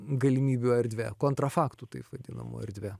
galimybių erdvė kontrafaktų taip vadinamų erdvė